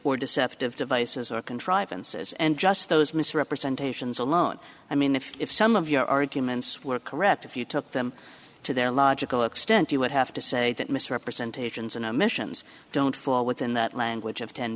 or deceptive devices or contrivances and just those misrepresentations alone i mean if if some of your arguments were correct if you took them to their logical extent you would have to say that misrepresentations and omissions don't fall within that language of ten